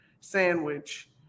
sandwich